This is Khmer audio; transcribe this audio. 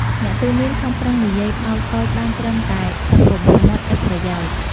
អ្នកទូន្មានខំប្រឹងនិយាយប៉ោចៗបានត្រឹមតែសឹកបបូរមាត់ឥតប្រយោជន៍។